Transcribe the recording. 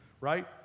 right